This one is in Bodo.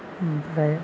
ओमफ्राय